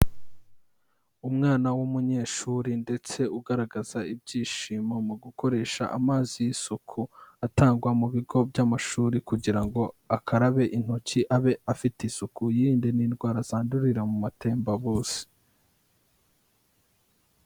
Umwana w'umunyeshuri ndetse ugaragaza ibyishimo mu gukoresha amazi y'isuku, atangwa mu bigo by'amashuri, kugira ngo akarabe intoki abe afite isuku yirinde n'indwara zandurira mu matembabuzi.